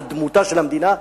על דמותה של המדינה,